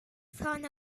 front